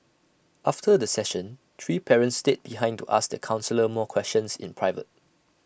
after the session three parents stayed behind to ask the counsellor more questions in private